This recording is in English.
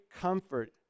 comfort